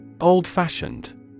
Old-fashioned